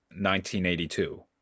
1982